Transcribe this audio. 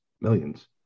millions